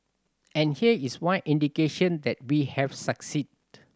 and here is one indication that we have succeeded